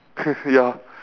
ya